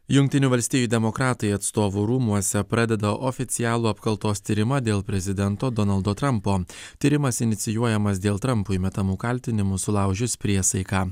jungtinių valstijų demokratai atstovų rūmuose pradeda oficialų apkaltos tyrimą dėl prezidento donaldo trampo tyrimas inicijuojamas dėl trampui metamų kaltinimų sulaužius priesaiką